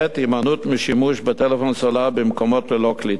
הימנעות משימוש בטלפון סלולרי במקומות ללא קליטה,